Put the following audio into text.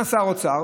מה עשה האוצר?